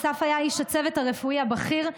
אסף היה איש הצוות הרפואי הבכיר,